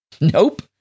Nope